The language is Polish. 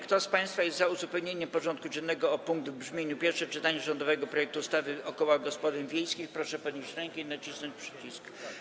Kto z państwa jest za uzupełnieniem porządku dziennego o punkt w brzmieniu: Pierwsze czytanie rządowego projektu ustawy o kołach gospodyń wiejskich, proszę podnieść rękę i nacisnąć przycisk.